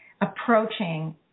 approaching